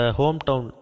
hometown